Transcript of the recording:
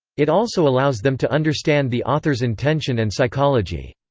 it also allows them to understand the author's intention and psychology.